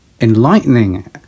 enlightening